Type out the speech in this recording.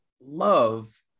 love